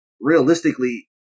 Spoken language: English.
realistically